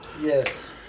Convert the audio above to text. yes